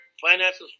finances